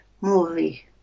movie